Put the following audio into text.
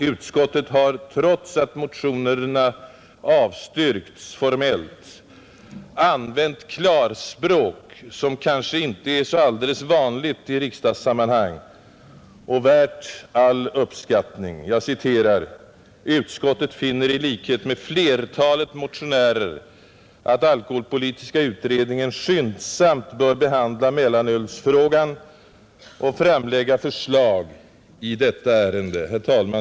Utskottet har trots att motionerna formellt avstyrkts använt ett klarspråk som inte är så vanligt i riksdagssammanhang och värt all uppskattning. Det heter i betänkandet: ”Utskottet finner alltså i likhet med flertalet motionärer att alkoholpolitiska utredningen skyndsamt bör behandla mellanölsfrågan och framlägga förslag i detta ärende.” Herr talman!